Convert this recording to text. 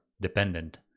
dependent